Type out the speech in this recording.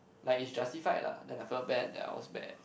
like is justified lah then I felt bad that I was bad